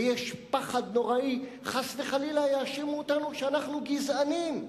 ויש פחד נוראי שחס וחלילה יאשימו אותנו שאנחנו גזענים.